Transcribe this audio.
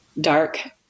dark